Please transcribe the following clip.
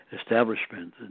establishment